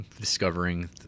Discovering